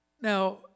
Now